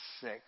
sick